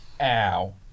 Ow